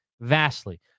vastly